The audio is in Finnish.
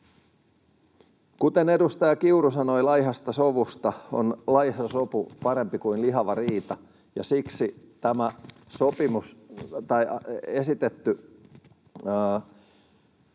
Kuten edustaja Kiuru sanoi laihasta sovusta, on laiha sopu parempi kuin lihava riita, ja siksi tämä esitetty Sallan